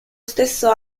stesso